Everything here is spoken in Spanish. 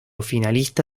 finalista